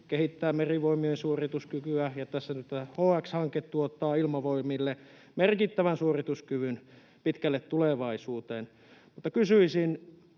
kehittää Merivoimien suorituskykyä, ja nyt tämä HX-hanke tuottaa Ilmavoimille merkittävän suorituskyvyn pitkälle tulevaisuuteen. Kysyisin